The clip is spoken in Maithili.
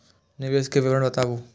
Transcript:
निवेश के विवरण बताबू?